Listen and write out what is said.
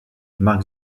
mark